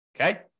okay